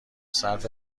صرف